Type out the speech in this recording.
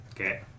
Okay